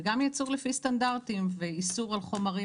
וגם ייצור לפי סטנדרטים ואיסור על חומרים